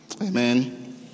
Amen